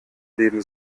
leben